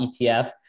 ETF